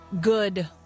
good